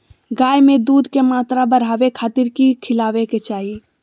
गाय में दूध के मात्रा बढ़ावे खातिर कि खिलावे के चाही?